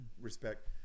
respect